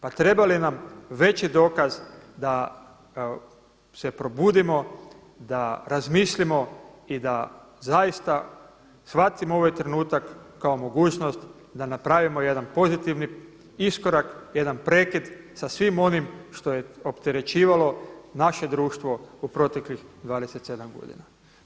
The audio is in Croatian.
Pa treba li nam veći dokaz da se probudimo, da razmislimo i da zaista shvatimo ovaj trenutak kao mogućnost da napravimo jedan pozitivni iskorak, jedan prekid sa svim onim što je opterećivalo naše društvo u proteklih 27 godina.